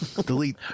Delete